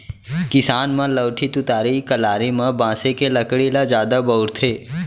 किसान मन लउठी, तुतारी, कलारी म बांसे के लकड़ी ल जादा बउरथे